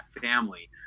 family